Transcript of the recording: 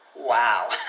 Wow